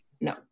no